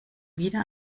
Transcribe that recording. wieder